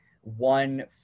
one